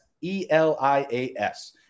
E-L-I-A-S